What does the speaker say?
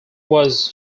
was